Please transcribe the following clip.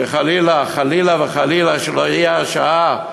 שחלילה וחלילה וחלילה, שלא תהיה השעה,